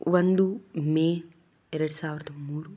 ಒಂದು ಮೇ ಎರಡು ಸಾವಿರದ ಮೂರು